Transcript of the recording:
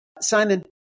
Simon